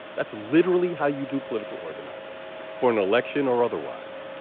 that's literally how you do political organizing for an election or otherwise